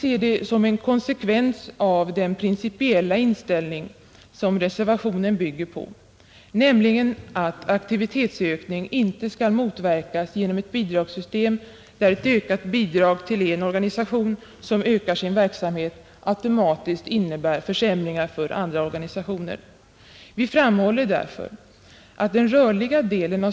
Vi ser det som en konsekvens av den principiella inställning som reservationen bygger på, nämligen att aktivitetsökning inte skall motverkas genom ett bidragssystem som innebär att ett ökat bidrag till en organisation som ökar sin verksamhet automatiskt innebär försämringar för andra organisationer.